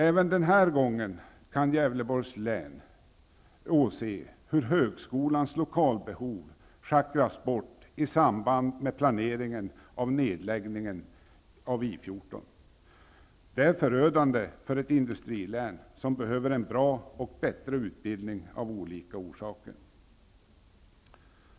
Även denna gång kan Gävleborgs län åse hur högskolans lokalbehov schakras bort i samband med den planerade nedläggningen av I 14. Det är förödande för ett industrilän som behöver en bra och än bättre utbildning av olika orsaker.